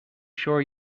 sure